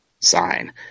sign